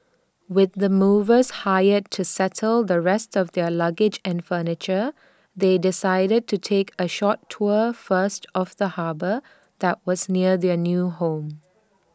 with the movers hired to settle the rest of their luggage and furniture they decided to take A short tour first of the harbour that was near their new home